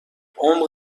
عمق